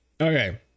Okay